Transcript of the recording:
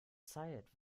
zeit